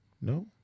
No